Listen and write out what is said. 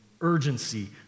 urgency